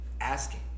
asking